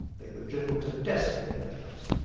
they were driven to desperate measures,